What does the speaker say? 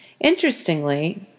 Interestingly